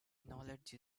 knowledge